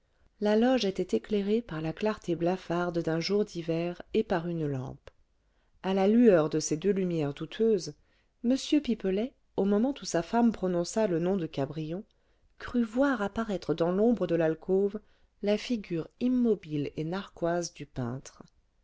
la loge était éclairée par la clarté blafarde d'un jour d'hiver et par une lampe à la lueur de ces deux lumières douteuses m pipelet au moment où sa femme prononça le nom de cabrion crut voir apparaître dans l'ombre de l'alcôve la figure immobile et narquoise du peintre